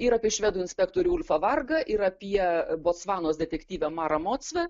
ir apie švedų inspektorių ulfą vangą ir apie botsvanos detektyvė mara mocve